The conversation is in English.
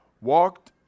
walked